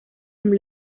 dem